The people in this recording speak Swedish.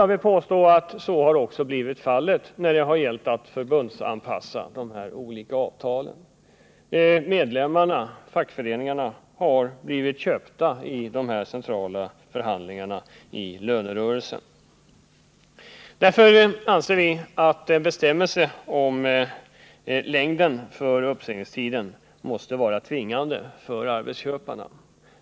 Jag vill påstå att så har varit fallet när det gällt att förbundsanpassa de här olika avtalen. Medlemmarna, fackföreningarna, har blivit köpta i de centrala förhandlingarna i lönerörelsen. Därför anser vi att en bestämmelse om uppsägningstidens längd skall vara tvingande för arbetsköparna.